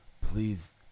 please